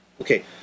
okay